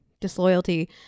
disloyalty